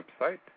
website